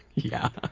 yeah,